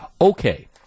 Okay